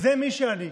זה מי שאני,